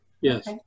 yes